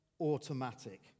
automatic